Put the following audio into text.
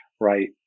right